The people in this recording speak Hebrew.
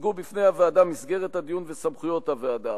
הוצגו בפני הוועדה מסגרת הדיון וסמכויות הוועדה.